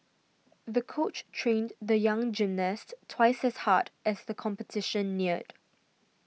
the coach trained the young gymnast twice as hard as the competition neared